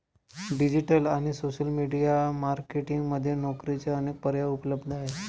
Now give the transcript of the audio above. digital आणि social media marketing मध्ये नोकरीचे अनेक पर्याय उपलब्ध आहेत